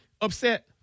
upset